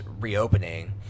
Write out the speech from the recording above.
reopening